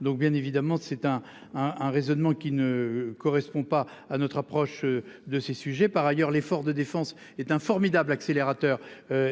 donc bien évidemment c'est un, un, un raisonnement qui ne correspond pas à notre approche de ces sujets. Par ailleurs l'effort de défense est un formidable accélérateur.